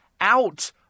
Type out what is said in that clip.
out